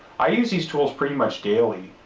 i use these tools pretty much daily,